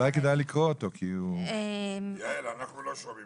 אולי כדאי